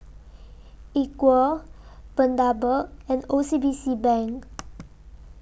Equal Bundaberg and O C B C Bank